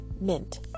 mint